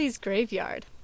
graveyard